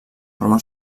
forma